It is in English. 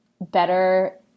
better –